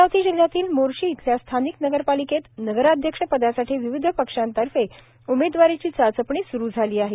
अमरावती जिल्ह्यातील मोर्शी इथल्या स्थानिक नगरपालिकेत नगराध्यक्षपदासाठी विविध पक्षातर्फे उमेदवाराची चाचपणी सुरू झाली आहे